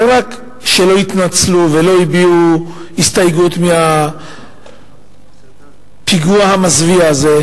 שלא רק שלא התנצלו ולא הביעו הסתייגות מהפיגוע המזוויע הזה,